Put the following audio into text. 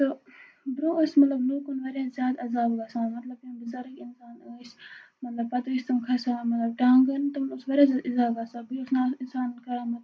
تہٕ برٛونٛہہ ٲسۍ مطلب لوٗکَن واریاہ زیادٕ عذاب گَژھان مطلب یِم بُزَرٕگ اِنسان ٲسۍ مطلب پَتہٕ ٲسۍ تِم کھَسان مطلب ٹانٛگَن تِمَن اوس واریاہ زیادٕ عِزاب گژھان بیٚیہِ اوس نہٕ اِنسان کَران مطلب